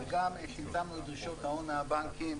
וגם צמצמנו את דרישות ההון מהבנקים,